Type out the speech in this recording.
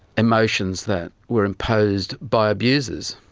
emotions that were imposed by abusers.